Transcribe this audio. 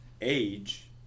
Age